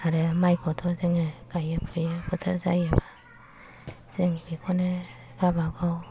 आरो माइखौथ' जोङो गायो फुयो बोथोर जायोबा जों बेखौनो गावबागाव